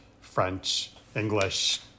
French-English